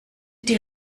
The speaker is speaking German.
die